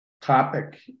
topic